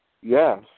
Yes